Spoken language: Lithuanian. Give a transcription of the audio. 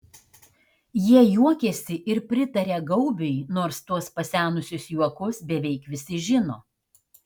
jie juokiasi ir pritaria gaubiui nors tuos pasenusius juokus beveik visi žino